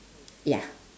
ya